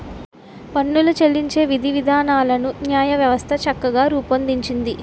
పన్నులు చెల్లించే విధివిధానాలను న్యాయవ్యవస్థ చక్కగా రూపొందించింది